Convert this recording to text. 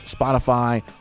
spotify